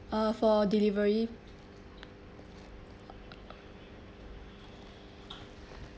uh for delivery